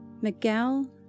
Miguel